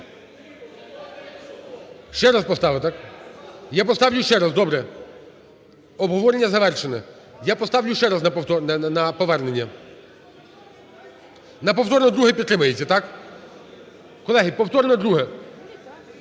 Ще раз поставити – так? Я поставлю ще раз, добре! Обговорення завершене. Я поставлю ще раз на повернення… На повторне друге підтримується – так? Колеги, повторне друге.